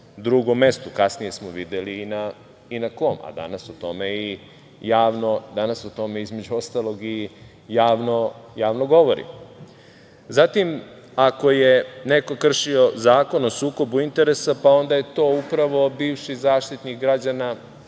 drugom mestu, kasnije smo videli i na kom, a danas se o tome između ostalog i javno govori. Zatim, ako je neko kršio Zakon o sukobu interesa, pa onda je to upravo bivši Zaštitnik građana